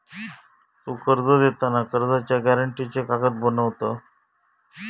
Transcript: तु कर्ज देताना कर्जाच्या गॅरेंटीचे कागद बनवत?